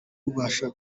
tubasha